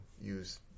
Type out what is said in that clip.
use